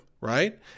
right